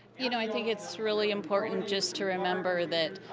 you know i think it's really important just to remember that